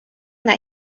that